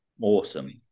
Awesome